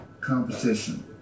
competition